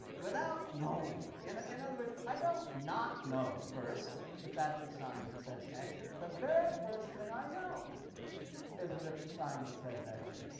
without knowing in in other words, i don't not know first that that's a sign that says exit. the very first thing i know is that it's a sign that says exit.